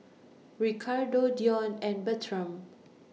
Ricardo Dion and Bertram